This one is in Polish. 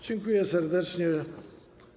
Dziękuję serdecznie.